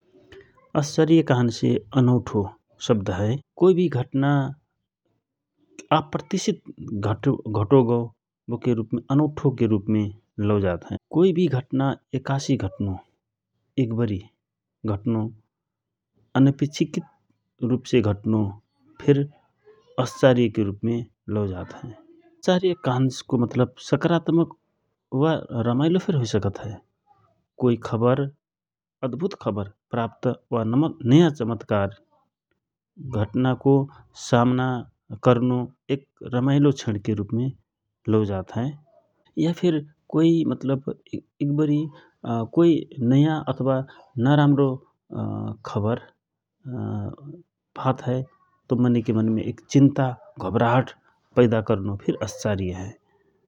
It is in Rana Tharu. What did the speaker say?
अस्चार्य कहन्से अनौठो शब्द हए, कोइ भि घटना आप्रत्यासित घटो गौबो के अनौठो के रूपमे लैजात हए । कोभि घटना एकासि घटनो एकवरी घटनो अनअपेच्छिक घटनो फिर अस्चार्यके रूपमे लौ जात हए । अस्चार्यकि मतलब सकारात्मक वा रमाइलो फिर हुइ सकत हए कोइ खबर अदभुत खबर वा नयाँ चमतकार घटनाको सामना करनो एक रमाइलो क्षणके रूपमे लौ जात हए । या फिर कोइ मतलब नयाँ अथवा नराम्रो खबर पात हए तव मनै के मनमे चिन्ता घवराहट पैदा करनो फिर अस्चार्य हए ।